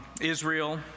Israel